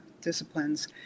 disciplines